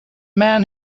man